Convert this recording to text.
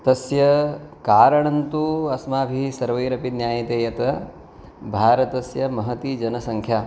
तस्य कारणं तु अस्माभिः सर्वैरपि ज्ञायते यत् भारतस्य महती जनसङ्ख्या